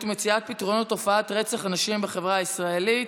ומציאת פתרונות לתופעת רצח הנשים בחברה הישראלית,